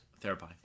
Therapy